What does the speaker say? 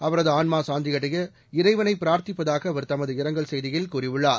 அவரது ஆன்மா சாந்தியடைய இறைவனை பிரார்த்திப்பதாக அவர் தனது இரங்கல் செய்தியில் கூறியுள்ளார்